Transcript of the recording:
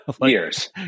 Years